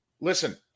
Listen